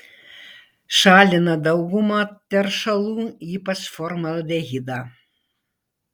šalina daugumą teršalų ypač formaldehidą